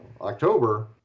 october